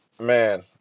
Man